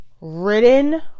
ridden